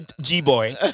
G-Boy